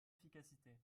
efficacité